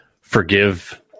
forgive